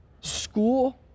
school